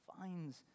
finds